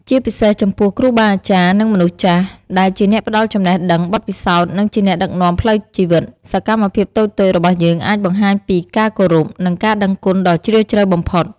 ជាពិសេសចំពោះ គ្រូបាអាចារ្យ និង មនុស្សចាស់ ដែលជាអ្នកផ្ដល់ចំណេះដឹង បទពិសោធន៍ និងជាអ្នកដឹកនាំផ្លូវជីវិត សកម្មភាពតូចៗរបស់យើងអាចបង្ហាញពីការគោរព និងការដឹងគុណដ៏ជ្រាលជ្រៅបំផុត។